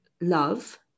Love